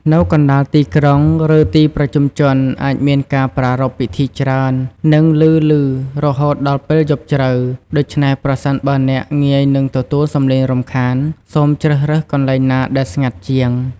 នៅកណ្តាលទីក្រុង ឬទីប្រជុំជនអាចមានការប្រារព្ធពិធីច្រើន និងឮៗរហូតដល់ពេលយប់ជ្រៅ ដូច្នេះ ប្រសិនបើអ្នកងាយនឹងទទួលសំឡេងរំខាន សូមជ្រើសរើសកន្លែងណាដែលស្ងាត់ជាង។